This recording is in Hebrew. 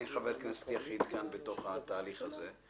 אני חבר כנסת יחיד כאן בתוך התהליך הזה.